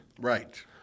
Right